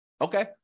Okay